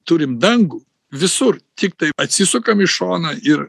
turim dangų visur tiktai atsisukam į šoną ir